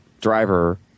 driver